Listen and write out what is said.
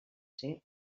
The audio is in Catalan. ser